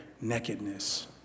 nakedness